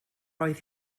oedd